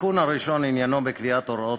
התיקון הראשון עניינו בקביעת הוראות